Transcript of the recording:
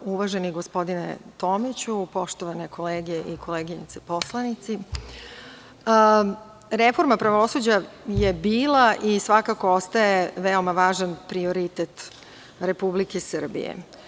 Uvaženi gospodine Tomiću, poštovane kolege i koleginice poslanici, reforma pravosuđa je bila i svakako ostaje veoma važan prioritet Republike Srbije.